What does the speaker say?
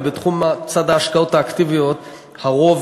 אבל בתחום צד ההשקעות האקטיביות הרוב